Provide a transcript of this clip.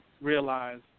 realize